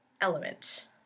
element